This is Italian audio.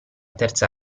terza